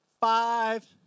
five